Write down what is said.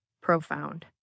profound